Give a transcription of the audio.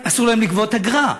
אסור להם לגבות אגרה,